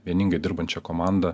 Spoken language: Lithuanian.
vieningai dirbančią komandą